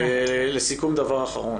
לסיכום, דבר אחרון.